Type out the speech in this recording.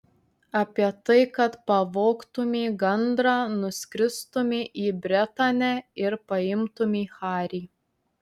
apie tai kad pavogtumei gandrą nuskristumei į bretanę ir paimtumei harį